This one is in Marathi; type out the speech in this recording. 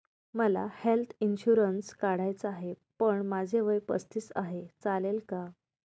मला हेल्थ इन्शुरन्स काढायचा आहे पण माझे वय पस्तीस आहे, चालेल का?